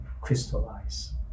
crystallize